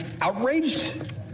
outraged